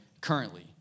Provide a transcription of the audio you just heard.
currently